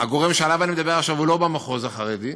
הגורם שעליו אני מדבר עכשיו הוא לא במחוז החרדי.